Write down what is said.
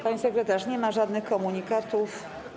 Pani poseł sekretarz nie ma żadnych komunikatów.